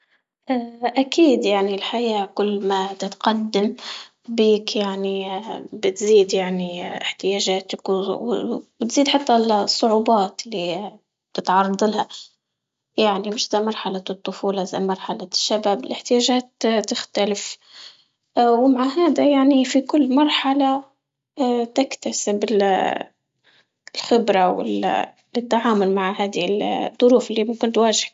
أكيد يعني الحياة كل ما تتقدم بيك يعني بتزيد يعني احتياجاتك وغ- و وتزيد حتى الصعوبات اللي تتعرضلها، يعني مش زي مرحلة الطفولة زي مرحلة الشباب الاحتياجات تختلف، ومع هادا يعني في كل مرحلة تكتسب ال- الخبرة وال- لتتعامل مع هادي ال- ضروف اللي ممكن تواجهك.